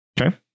Okay